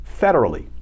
federally